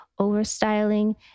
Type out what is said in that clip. overstyling